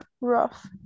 rough